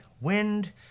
wind